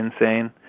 insane